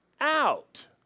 out